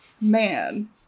man